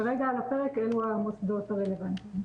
כרגע על הפרק אלה המוסדות הרלוונטיים.